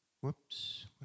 Whoops